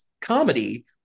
comedy